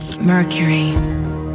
mercury